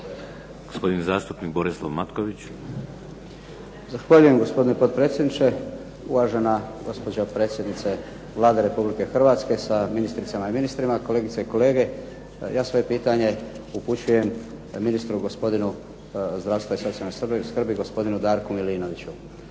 Matković. **Matković, Borislav (HDZ)** Zahvaljujem. Gospodine potpredsjedniče, uvažena gospođo predsjednice Vlade Republike Hrvatske sa ministricama i ministrima, kolegice i kolege. Ja svoje pitanje upućujem ministru, gospodinu zdravstva i socijalne skrbi, gospodinu Darku Milinoviću.